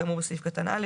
כאמור בסעיף קטן (א),